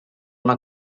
una